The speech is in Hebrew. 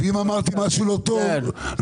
ואם אמרתי משהו לא נכון,